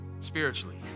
spiritually